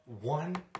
one